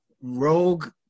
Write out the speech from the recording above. rogue